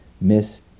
miss